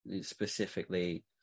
specifically